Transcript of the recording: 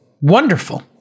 Wonderful